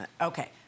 Okay